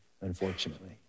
unfortunately